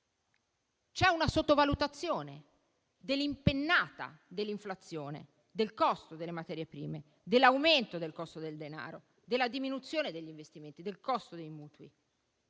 C'è una sottovalutazione dell'impennata dell'inflazione, del costo delle materie prime, dell'aumento del costo del denaro, della diminuzione degli investimenti, del costo dei mutui.